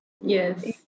Yes